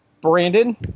Brandon